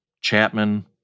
Chapman